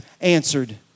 answered